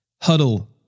Huddle